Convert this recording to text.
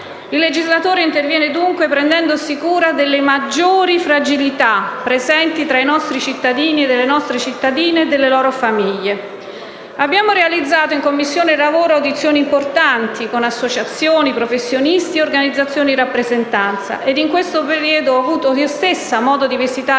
Il legislatore interviene dunque prendendosi cura delle maggiori fragilità presenti tra i nostri cittadini e le nostre cittadine e delle loro famiglie. Abbiamo realizzato, in Commissione lavoro, audizioni importanti con associazioni, professionisti e organizzazioni di rappresentanza, ed in questo periodo ho avuto modo di visitare